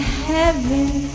heaven